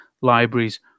libraries